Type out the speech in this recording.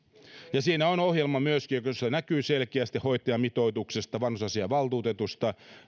siihen on myöskin ohjelma joka näkyy selkeästi hoitajamitoituksesta vanhusasiavaltuutetusta